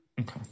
Okay